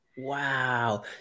Wow